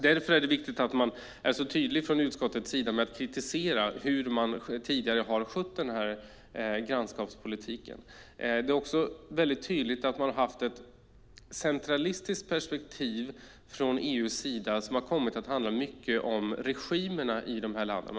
Därför är det viktigt att man från utskottet är tydlig med att kritisera hur man tidigare har skött grannskapspolitiken. Det är också tydligt att man har haft ett centralistiskt perspektiv från EU:s sida, som har kommit att handla mycket om regimerna i de här länderna.